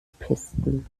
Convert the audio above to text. pisten